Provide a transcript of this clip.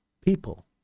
people